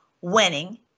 winning